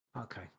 Okay